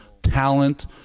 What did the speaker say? talent